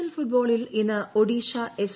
L ഫുട്ബോളിൽ ഇന്ന് Odisha F